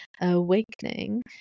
awakening